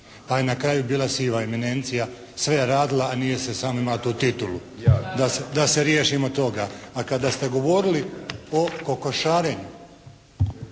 Pa je na kraju bila siva eminencija. Sve je radila a nije samo imala tu titulu. Da se riješimo toga. A kada ste govorili o kokošarenju